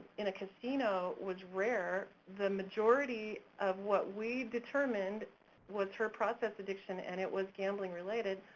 in a casino was rare, the majority of what we determined was her process addiction and it was gambling related,